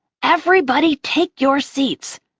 everybody, take your seats!